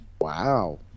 Wow